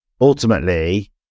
ultimately